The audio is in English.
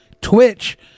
Twitch